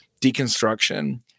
deconstruction